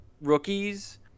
rookie's